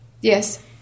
Yes